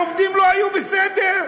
העובדים לא היו בסדר.